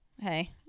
hey